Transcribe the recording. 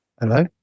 Hello